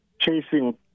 chasing